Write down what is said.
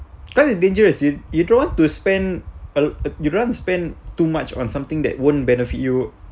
because its dangerous if you don't want to spend a you don't want to spend too much on something that won't benefit you